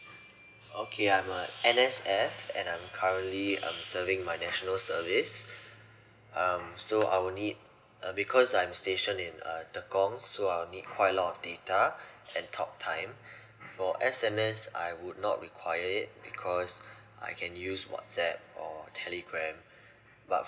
okay I'm a N_S_F and I'm currently I'm serving my national service um so I will need uh because I'm stationed in uh tekong so I'll need quite a lot of data and talk time for S_M_S I would not require it cause I can use whatsapp or telegram but